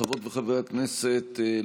חברות וחברי הכנסת,